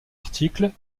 article